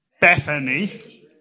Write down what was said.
Bethany